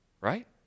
Right